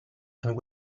and